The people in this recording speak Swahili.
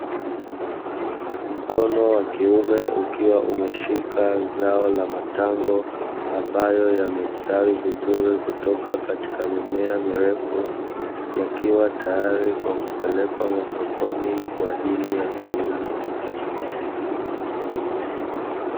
Mkono wa kiume ukiwa umeshika zao la matango ambayo yamestawi vizuri, kutoka katika mimea mirefu yakiwa tayari kwa kupelekwa masokoni kwa ajili ya kuuzwa.